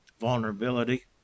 vulnerability